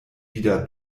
wieder